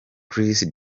kris